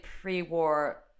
pre-war